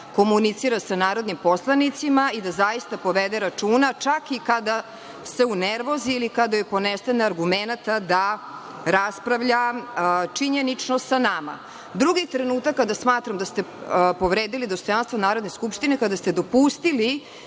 komunicira sa narodnim poslanicima i da zaista povede računa čak i kada se unervozi ili kada joj ponestane argumenata da raspravlja činjenično sa nama. Drugi trenutak kada smatram da ste povredili dostojanstvo Narodne skupštine je kada ste dopustili